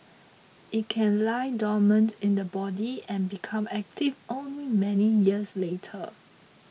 it can lie dormant in the body and become active only many years later